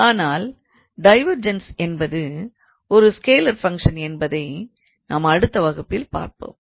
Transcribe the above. ஆனால் டைவெர்ஜன்ஸ் என்பது ஒரு ஸ்கேலார் ஃபங்க்ஷன் என்பதை நாம் அடுத்த வகுப்பில் பார்ப்போம்